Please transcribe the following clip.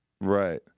Right